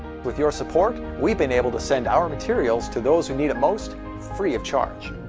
with your support, we've been able to send our materials to those who need it most, free of charge.